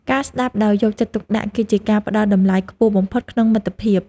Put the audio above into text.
ការស្ដាប់ដោយយកចិត្តទុកដាក់ គឺជាការផ្ដល់តម្លៃខ្ពស់បំផុតក្នុងមិត្តភាព។